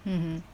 mmhmm